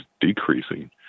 decreasing